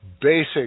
basic